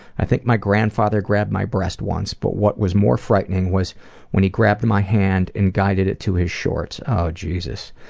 i think my grandfather grabbed my breast once but what was more frightening was when he grabbed my hand and guided it to his shorts. oh jesus.